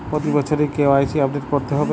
প্রতি বছরই কি কে.ওয়াই.সি আপডেট করতে হবে?